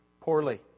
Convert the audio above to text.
poorly